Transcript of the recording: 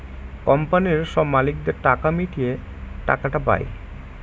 কোম্পানির সব মালিকদের টাকা মিটিয়ে টাকাটা পায়